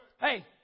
Hey